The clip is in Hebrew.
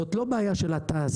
זו לא בעיה של התעשייה,